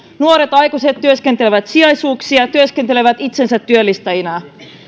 nuoret aikuiset työskentelevät sijaisuuksissa ja työskentelevät itsensätyöllistäjinä